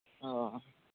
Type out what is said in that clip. ᱚ